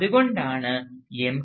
അതുകൊണ്ടാണ് എം